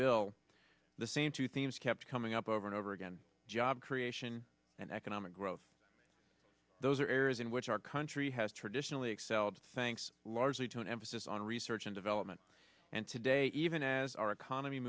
bill the same two themes kept coming up over and over again job creation and economic growth those are areas in which our country has traditionally excelled thanks largely to an emphasis on research and development and today even as our economy